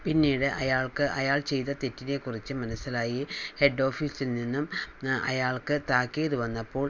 പിന്നീട് അയാൾക്ക് അയാൾ ചെയ്ത തെറ്റിനെക്കുറിച്ച് മനസ്സിലായി ഹെഡ് ഓഫീസിൽ നിന്നും അയാൾക്ക് താക്കീത് വന്നപ്പോൾ